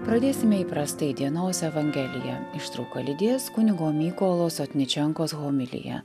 pradėsime įprastai dienos evangelija ištrauką lydės kunigo mykolo sotničenkos homilija